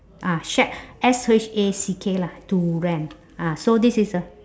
ah shack S H A C K lah to rent ah so this is uh